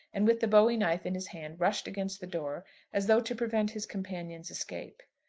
and with the bowie-knife in his hand rushed against the door as though to prevent his companion's escape.